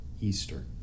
Easter